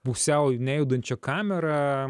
pusiau nejudančia kamera